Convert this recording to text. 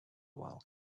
while